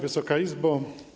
Wysoka Izbo!